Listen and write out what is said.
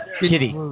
Kitty